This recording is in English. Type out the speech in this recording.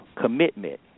commitment